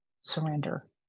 surrender